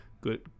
good